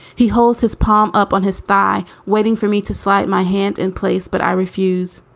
he holds his palm up on his thigh, waiting for me to slide my hand in place. but i refuse.